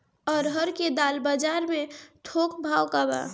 अरहर क दाल बजार में थोक भाव का बा?